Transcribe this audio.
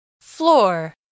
Floor